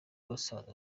barasanze